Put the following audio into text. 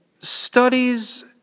Studies